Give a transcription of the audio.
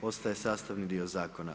Postaje sastavni dio zakona.